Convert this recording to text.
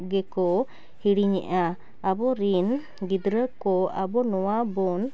ᱜᱮᱠᱚ ᱦᱤᱲᱤᱧᱮᱫᱼᱟ ᱟᱵᱚ ᱨᱤᱱ ᱜᱤᱫᱽᱨᱟᱹᱠᱚ ᱟᱵᱚ ᱱᱚᱣᱟᱵᱚᱱ